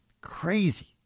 crazy